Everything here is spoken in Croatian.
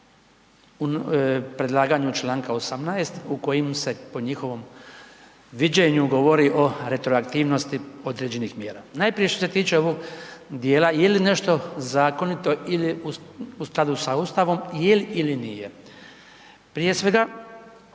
predlaganju čl. 18. u kojem se po njihovom viđenju govori o retroaktivnosti određenih mjera. Najprije što se tiče ovog dijela je li nešto zakonito ili u skladu sa Ustavom, je li ili nije. Prije svega,